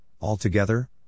altogether